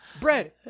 Bread